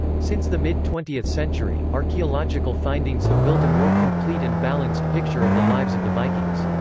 since the mid twentieth century, archaeological findings have built a more complete and balanced picture of the lives of the vikings.